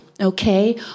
okay